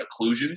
occlusions